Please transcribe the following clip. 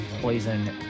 poison